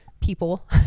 people